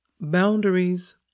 Boundaries